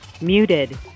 Muted